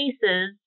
cases